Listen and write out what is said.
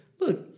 look